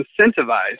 incentivized